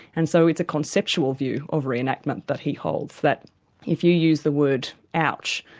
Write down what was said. and so it's a conceptual view of re-enactment that he holds, that if you use the word ouch,